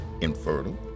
infertile